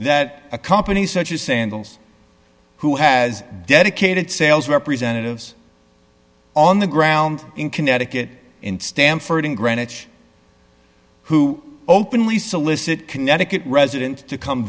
that a company such as sandals who has dedicated sales representatives on the ground in connecticut in stamford in greenwich who openly solicit connecticut residents to come